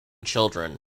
children